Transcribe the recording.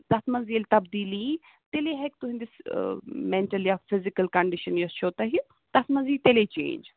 تَتھ منٛز ییٚلہِ تَبدیٖلی یی تیٚلے ہیٚکہِ تُہنٛدِس مینٹل یا فِزِکَل کَنڈِشن یۄس چھو تۄہہِ تَتھ منٛز یی تیٚلے چینج